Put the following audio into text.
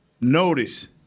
Notice